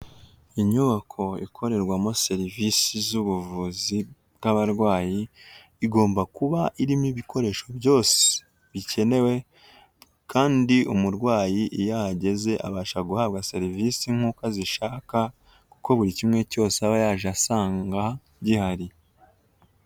Inyubako ikorerwamo serivisi z'ubuvuzi bw'abarwayi, igomba kuba irimo ibikoresho byose bikenewe kandi umurwayi iyo ahageze abasha guhabwa serivisi nk'uko azishaka, kuko buri kimwe cyose aba yaje asanga gihari.